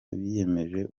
biyemeje